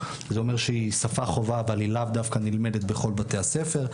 זה אומר שהיא שפה חובה אבל היא לאו דווקא נלמדת בכל בתי הספר,